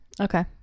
Okay